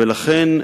ולכן,